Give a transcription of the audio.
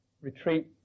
retreat